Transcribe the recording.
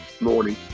Morning